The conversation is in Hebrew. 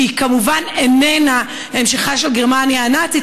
שהיא כמובן איננה המשכה של גרמניה הנאצית.